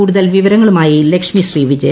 കൂടുതൽ വിവരങ്ങളുമായി ലക്ഷ്മി ശ്രീ വിജയ